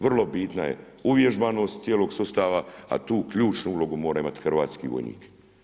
Vrlo bitna je uvježbanost cijelog sustava, a tu ključnu ulogu mora imati hrvatski vojnik.